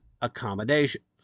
accommodations